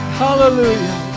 hallelujah